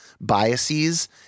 biases